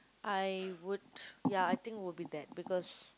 I would ya I think would be that because